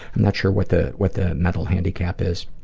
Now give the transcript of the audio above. i'm not sure what the what the mental handicap is.